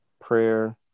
prayer